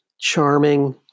charming